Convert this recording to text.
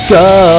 go